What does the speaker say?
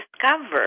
discover